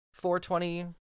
420